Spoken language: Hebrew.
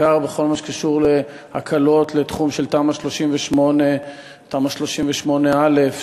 בעיקר בכל מה שקשור בהקלות בתחום של תמ"א 38 ותמ"א 38א,